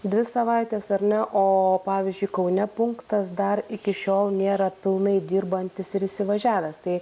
dvi savaitės ar ne o pavyzdžiui kaune punktas dar iki šiol nėra pilnai dirbantis ir įsivažiavęs tai